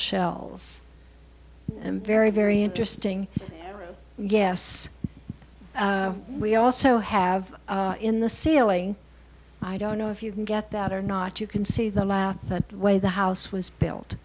shells very very interesting yes we also have in the ceiling i don't know if you can get that or not you can see the last that way the house was built